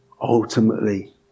ultimately